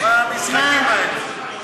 מה המשחקים האלה?